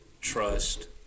trust